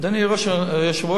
אדוני היושב-ראש,